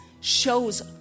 shows